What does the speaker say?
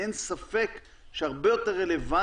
כי לא סתם הוא בבידוד.